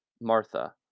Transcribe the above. Martha